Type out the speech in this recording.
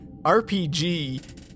RPG